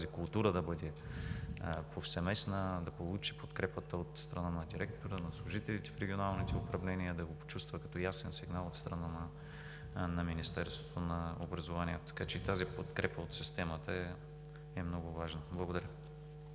култура да бъде повсеместна, да получи подкрепата от страна на директора, на служителите в регионалните управления, да го почувства като ясен сигнал от страна на Министерството на образованието. Така че и тази подкрепа от системата е много важна. Благодаря.